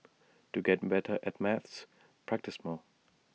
to get better at maths practise more